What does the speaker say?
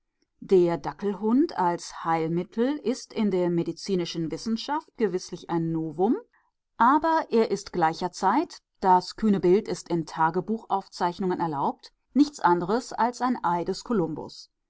der dackelhund als heilmittel ist in der medizinischen wissenschaft gewißlich ein novum aber er ist gleicherzeit das kühne bild ist in tagebuchaufzeichnungen erlaubt nichts anderes als ein